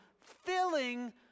filling